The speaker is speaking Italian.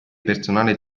personale